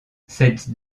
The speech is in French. cette